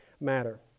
matter